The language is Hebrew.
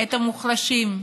את המוחלשים.